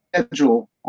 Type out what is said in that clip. schedule